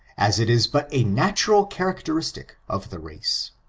as it is but a natural characteristic of the race.